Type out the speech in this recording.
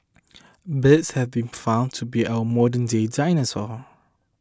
birds have been found to be our modernday dinosaurs